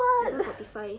what